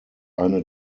eine